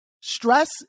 Stress